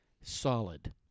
solid